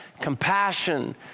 compassion